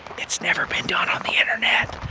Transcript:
it's never been done on the internet.